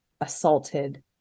assaulted